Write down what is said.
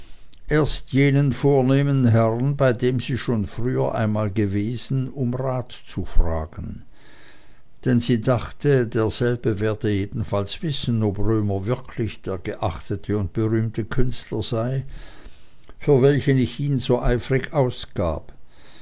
erst jenen vornehmen herrn bei dem sie schon früher einmal gewesen um rat zu fragen denn sie dachte derselbe werde jedenfalls wissen ob römer wirklich der geachtete und berühmte künstler sei für welchen ich ihn so eifrig ausgab